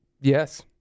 yes